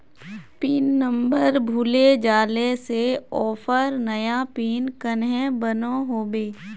Pin number भूले जाले से ऑफर नया पिन कन्हे बनो होबे?